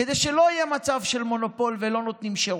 כדי שלא יהיה מצב של מונופול ולא נותנים שירות,